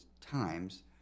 times